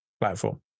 platform